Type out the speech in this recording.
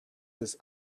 this